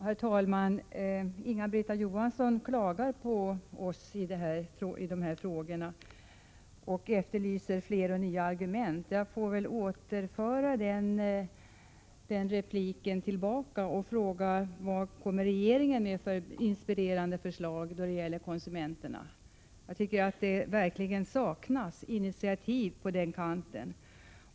Herr talman! Inga-Britt Johansson klagar på oss när det gäller dessa frågor och efterlyser fler och nya argument. Jag får väl å min sida fråga vilka inspirerande förslag regeringen kommer med då det gäller konsumenterna. Det saknas verkligen initiativ på den kanten.